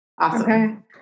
Awesome